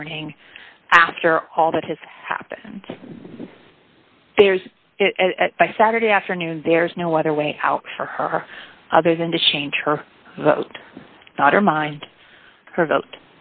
morning after all that has happened there's by saturday afternoon there's no other way out for her other than to change her daughter mind h